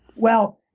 well,